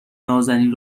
نازنین